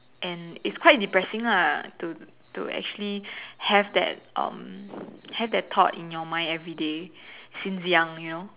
and it's quite depressing lah to to actually have that um have that thought in your mind everyday since young you know